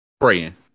Praying